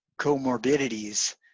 comorbidities